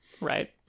right